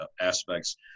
aspects